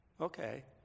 Okay